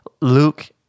Luke